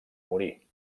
morir